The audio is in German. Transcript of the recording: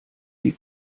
die